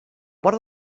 vora